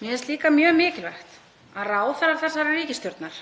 Mér finnst líka mjög mikilvægt að ráðherrar þessarar ríkisstjórnar